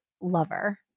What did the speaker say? lover